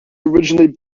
originally